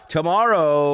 Tomorrow